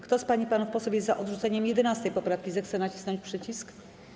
Kto z pań i panów posłów jest za odrzuceniem 11. poprawki, zechce nacisnąć przycisk.